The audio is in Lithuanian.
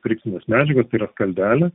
frikcinės medžiagos tai yra skaldelė